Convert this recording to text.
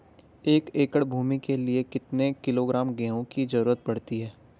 एक एकड़ भूमि के लिए कितने किलोग्राम गेहूँ की जरूरत पड़ती है?